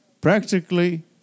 practically